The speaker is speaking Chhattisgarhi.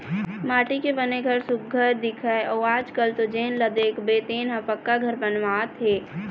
माटी के बने घर सुग्घर दिखय अउ आजकाल तो जेन ल देखबे तेन ह पक्का घर बनवावत हे